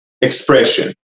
expression